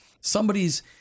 somebody's